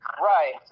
Right